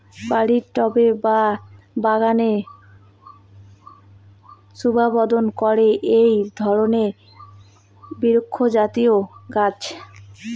বাড়ির টবে বা বাগানের শোভাবর্ধন করে এই ধরণের বিরুৎজাতীয় গাছ